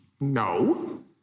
no